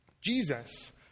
Jesus